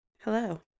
Hello